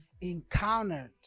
encountered